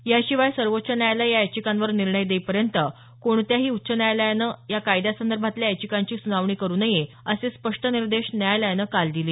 याशिवाय सर्वोच्च न्यायालय या याचिकांवर निर्णय देईपर्यंत कोणत्याही उच्च न्यायालयानं या कायद्यासंदर्भातल्या याचिकांची सुनावणी करू नये असे स्पष्ट निर्देश न्यायालयानं काल दिले